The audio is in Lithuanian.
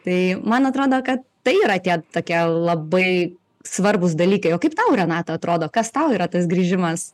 tai man atrodo kad tai yra tie tokie labai svarbūs dalykai o kaip tau renata atrodo kas tau yra tas grįžimas